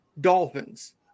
Dolphins